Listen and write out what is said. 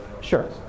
Sure